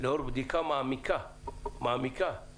לאור בדיקה מעמיקה של